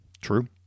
True